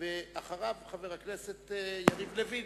אחריו, חבר הכנסת יריב לוין.